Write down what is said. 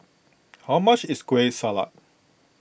how much is Kueh Salat